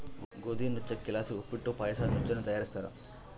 ಗೋದಿ ನುಚ್ಚಕ್ಕಿಲಾಸಿ ಉಪ್ಪಿಟ್ಟು ಪಾಯಸ ನುಚ್ಚನ್ನ ತಯಾರಿಸ್ತಾರ